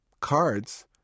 cards